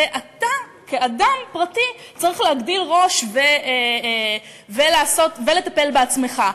זה אתה, כאדם פרטי, צריך להגדיל ראש ולטפל בעצמך.